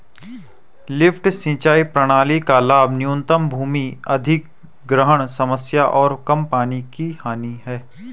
lift सिंचाई प्रणाली का लाभ न्यूनतम भूमि अधिग्रहण समस्या और कम पानी की हानि है